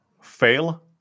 fail